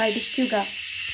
പഠിക്കുക